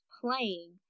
playing